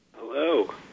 Hello